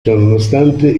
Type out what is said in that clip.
ciononostante